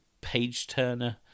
page-turner